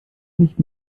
nicht